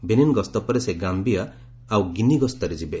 Benin ଗସ୍ତ ପରେ ସେ ଗାୟିୟା ଆଉ ଗିନି ଗସ୍ତରେ ଯିବେ